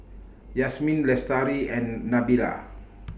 Yasmin Lestari and Nabila